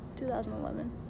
2011